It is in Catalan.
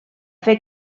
fer